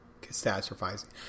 catastrophizing